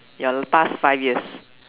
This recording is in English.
your l~ past five years